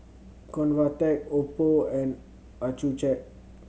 Convatec Oppo and Accucheck